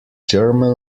german